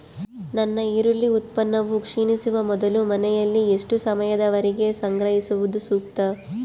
ನನ್ನ ಈರುಳ್ಳಿ ಉತ್ಪನ್ನವು ಕ್ಷೇಣಿಸುವ ಮೊದಲು ಮನೆಯಲ್ಲಿ ಎಷ್ಟು ಸಮಯದವರೆಗೆ ಸಂಗ್ರಹಿಸುವುದು ಸೂಕ್ತ?